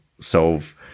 solve